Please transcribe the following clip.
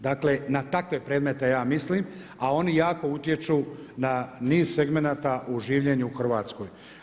Dakle, na takve predmete ja mislim a oni jako utječu na niz segmenata u življenju u Hrvatskoj.